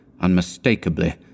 unmistakably